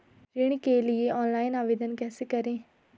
ऋण के लिए ऑनलाइन आवेदन कैसे करें?